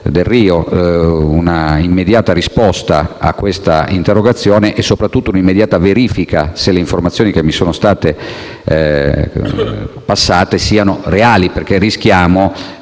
Delrio una immediata risposta a questa interrogazione e soprattutto una immediata verifica se le informazioni che mi sono state passate siano reali, perché rischiamo,